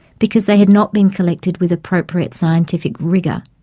because they had not been collected with appropriate scientific rigour.